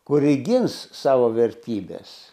kuri gins savo vertybes